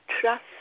trust